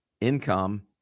income